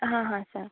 हां हां सांग